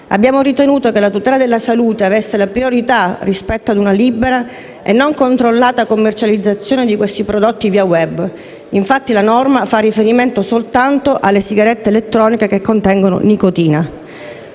Abbiamo ritenuto che la tutela della salute avesse la priorità rispetto ad una libera e non controllata commercializzazione di questi prodotti via *web*. Infatti la norma fa riferimento soltanto alle sigarette elettroniche che contengono nicotina.